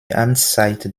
amtszeit